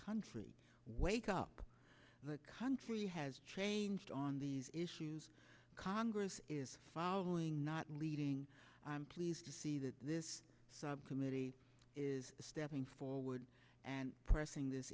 country where a cop the country has changed on these issues congress is following not leading i'm pleased to see that this subcommittee is stepping forward and pressing this